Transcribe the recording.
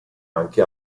anche